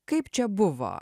kaip čia buvo